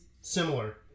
similar